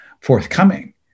forthcoming